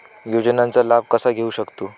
योजनांचा लाभ कसा घेऊ शकतू?